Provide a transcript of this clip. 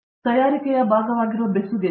ಆದ್ದರಿಂದ ತಯಾರಿಕೆಯ ಭಾಗವಾಗಿರುವ ಬೆಸುಗೆ